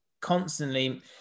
constantly